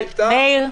מאיר,